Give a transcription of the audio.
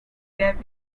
depp